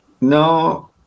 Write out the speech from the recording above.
No